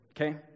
okay